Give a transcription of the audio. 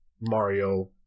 Mario